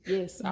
Yes